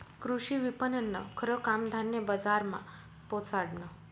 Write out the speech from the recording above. कृषी विपणननं खरं काम धान्य बजारमा पोचाडनं